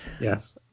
Yes